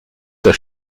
der